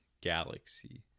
galaxy